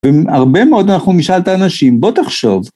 והרבה מאוד אנחנו נשאל את האנשים, בוא תחשוב.